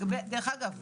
דרך אגב,